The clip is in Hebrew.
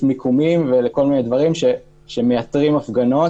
מיקומים ולכל מיני דברים שמייתרים הפגנות.